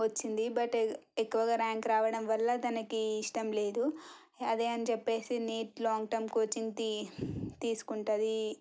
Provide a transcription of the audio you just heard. వచ్చింది బట్ ఎక్కువగా ర్యాంక్ రావడం వల్ల తనకి ఇష్టంలేదు అదే అని చెప్పేసి నీట్ లాంగ్టర్మ్ కోచింగ్ తీసుకుంటుంది